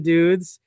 Dudes